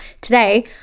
today